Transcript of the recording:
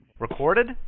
Recorded